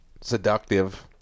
seductive